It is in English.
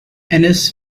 ennis